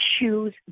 choose